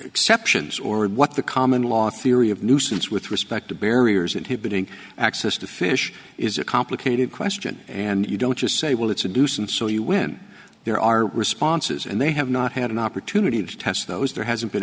exceptions or what the common law theory of nuisance with respect to barriers inhibiting access to fish is a complicated question and you don't just say well it's a nuisance so you when there are responses and they have not had an opportunity to test those there hasn't been